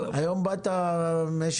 היום באת משועשע.